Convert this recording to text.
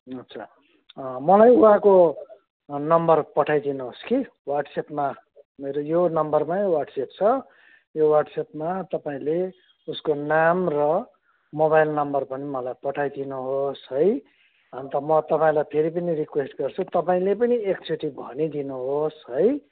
अच्छा मलाई उहाँको नम्बर पठाइदिनुहोस् कि वाट्सएपमा मेरो यो नम्बरमै वाट्सएप छ यो वाट्सएपमा तपाईँले उसको नाम र मोबाइल नम्बर पनि मलाई पठाइदिनुहोस् है अन्त म तपाईँलाई फेरि पनि रिक्वेस्ट गर्छु तपाईँले पनि एकचोटि भनिदिनुहोस् है